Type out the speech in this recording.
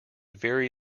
very